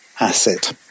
Asset